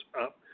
up